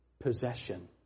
possession